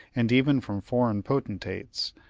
and even from foreign potentates,